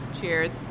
Cheers